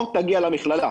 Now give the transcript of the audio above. או תגיע למכללה,